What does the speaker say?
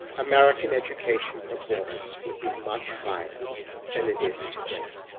american education performance would be much higher than it is today.